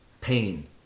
pain